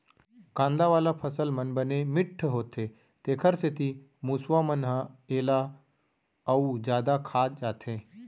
कांदा वाला फसल मन बने मिठ्ठ होथे तेखर सेती मूसवा मन ह एला अउ जादा खा जाथे